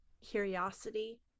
curiosity